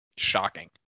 shocking